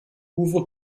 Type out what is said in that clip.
uwe